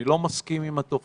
אני לא מסכים עם התופעה.